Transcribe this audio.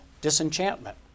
disenchantment